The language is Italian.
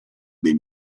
dei